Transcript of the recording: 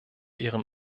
ihren